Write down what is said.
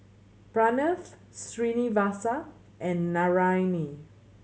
Pranav Srinivasa and Naraina